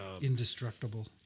Indestructible